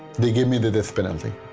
they gave me the death penalty.